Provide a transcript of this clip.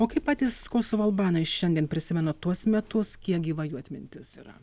o kaip patys kosovo albanai šiandien prisimena tuos metus kiek gyva jų atmintis yra